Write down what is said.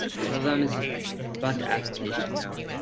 one of them is about the application, though.